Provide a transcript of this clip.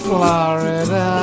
Florida